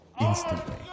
instantly